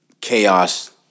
chaos